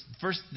first